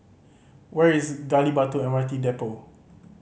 where is Gali Batu M R T Depot